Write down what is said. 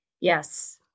Yes